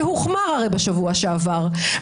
שהוחמר הרי בשבוע שעבר,